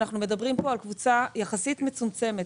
כשאנחנו מדברים פה על קבוצה מצומצמת יחסית,